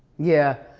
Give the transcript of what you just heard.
yeah,